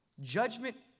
judgment